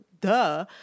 Duh